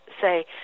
say